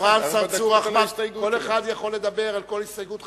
אברהם צרצור ארבע דקות כל הסתייגות.